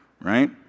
Right